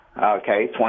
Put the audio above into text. okay